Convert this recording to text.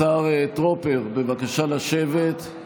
השר טרופר, בבקשה לשבת.